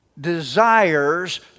desires